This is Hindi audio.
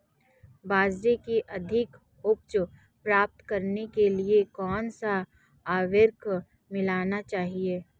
बाजरे की अधिक उपज प्राप्त करने के लिए कौनसा उर्वरक मिलाना चाहिए?